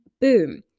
boom